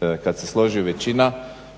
Kada se složi većina